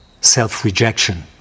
self-rejection